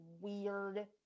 weird